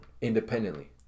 independently